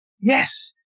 Yes